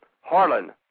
Harlan